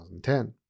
2010